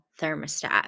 thermostat